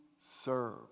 serve